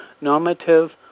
normative